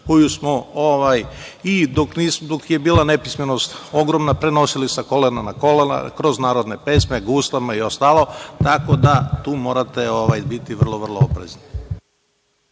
koju smo i dok je bila nepismenost ogromna prenosili sa kolena na koleno, kroz narodne pesme, guslama i ostalo, tako da tu morate biti vrlo, vrlo oprezni.